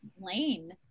Lane